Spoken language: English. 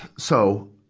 so,